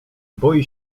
boi